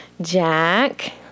Jack